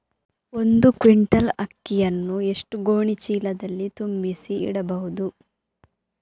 ಒಂದು ಕ್ವಿಂಟಾಲ್ ಅಕ್ಕಿಯನ್ನು ಎಷ್ಟು ಗೋಣಿಚೀಲದಲ್ಲಿ ತುಂಬಿಸಿ ಇಡಬಹುದು?